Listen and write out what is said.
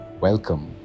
welcome